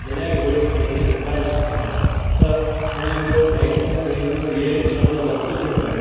जॾहिं उहे लोन चुकाए न था सघनि त हुनजो बैंकू ॿैंकू इहे सभु ज़ब्तु थियूं कनि